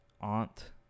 aunt